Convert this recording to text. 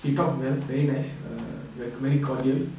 we talked well very nice err very cordial